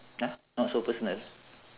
!huh! not so personal